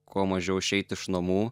kuo mažiau išeiti iš namų